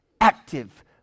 active